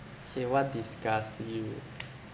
K what disgusts you